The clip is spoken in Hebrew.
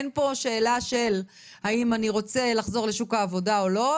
אין פה שאלה של "האם אני רוצה לחזור לשוק העבודה או לא"